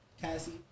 Cassie